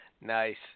Nice